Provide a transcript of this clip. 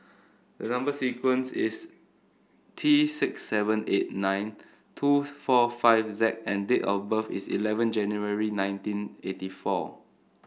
the number sequence is T six seven eight nine two four five Z and date of birth is eleven January nineteen eighty four